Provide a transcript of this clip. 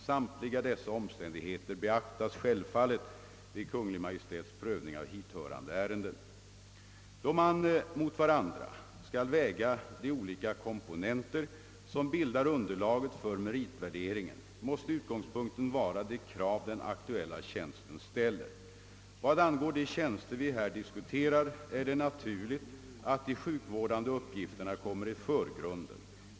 Samtliga dessa omständigheter beaktas självfallet vid Kungl. Maj:ts prövning av hithörande ärenden, Då man mot varandra skall väga de olika komponenter som bildar underlaget för meritvärderingen, måste utgångspunkten vara de krav den aktuella tjänsten ställer. Vad angår de tjänster vi här diskuterar är det naturligt att de sjukvårdande uppgifterna kommer i förgrunden.